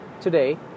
Today